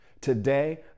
Today